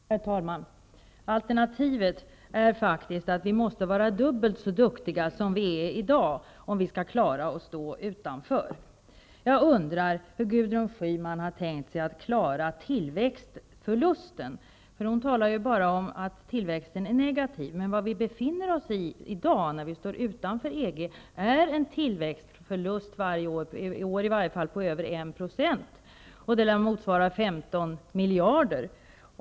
Herr talman! Alternativet är faktiskt att vi måste vara dubbelt så duktiga som vi är i dag om vi skall klara att stå utanför EG. Jag undrar hur Gudrun Schyman har tänkt sig att vi skall klara tillväxtförlusten. Hon talar bara om att tillväxten är negativ, men vad vi befinner oss i i dag, när vi står utanför EG, är en årlig tillväxtförlust -- det gäller i varje fall för det här året -- på över 1 %, vilket lär motsvara 15 miljarder.